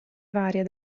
varia